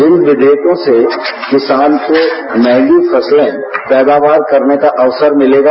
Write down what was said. इन विधेयकों से किसान को मंहगी फसले पैदावार करने का अवसर मिलेगा